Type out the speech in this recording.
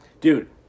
dude